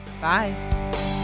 Bye